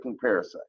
parasite